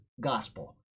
gospel